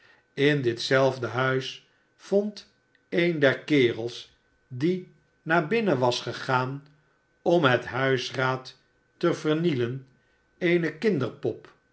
in dit zelfde huis vond een der kerels die naar binnen was gegaan om het huisraad te vernielen eene kinderpop